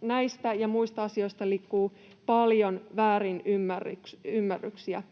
näistä ja muista asioista liikkuu paljon väärinymmärryksiä.